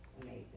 amazing